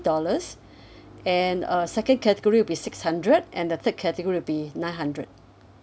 dollars and uh second category will be six hundred and the third category will be nine hundred